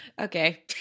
Okay